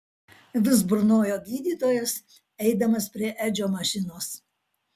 vis burnojo gydytojas eidamas prie edžio mašinos